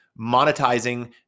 monetizing